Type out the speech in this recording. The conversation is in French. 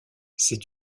c’est